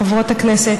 חברות הכנסת,